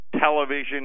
television